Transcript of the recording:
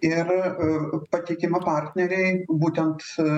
ir patikima partneriai būtent